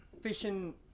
fishing